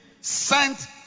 sent